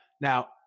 now